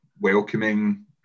welcoming